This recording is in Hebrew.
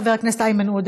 חבר הכנסת איימן עודה,